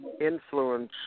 influence